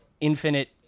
infinite